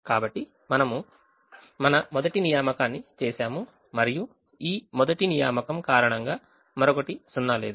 కాబట్టి మనము మన మొదటి నియామకాన్ని చేసాము మరియు ఈ మొదటి నియామకం కారణంగా మరొకటి సున్నాలేదు